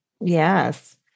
Yes